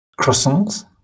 croissants